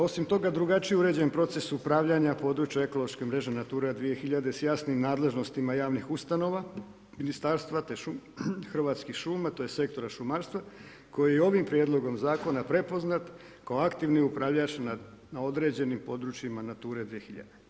Osim toga drugačije je uređen proces upravljanja područja ekološke mreže NATURA 2000 s jasnim nadležnostima javnih ustanova, ministarstva, Hrvatskih šuma tj. Sektora šumarstva koji je ovim prijedlogom zakona prepoznat kao aktivni upravljač na određenim područjima NATURA-e 2000.